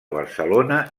barcelona